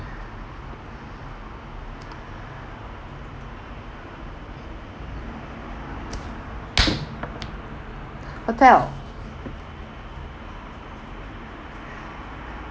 hotel